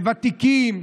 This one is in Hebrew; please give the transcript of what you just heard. לוותיקים,